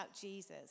Jesus